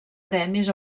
premis